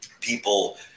people